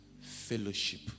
fellowship